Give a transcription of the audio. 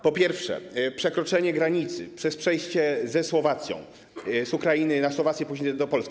Po pierwsze, przekroczenie granicy przez przejście ze Słowacją, z Ukrainy na Słowację, później do Polski.